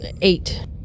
Eight